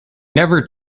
never